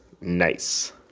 Nice